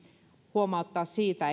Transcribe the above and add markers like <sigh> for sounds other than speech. huomauttaa siitä <unintelligible>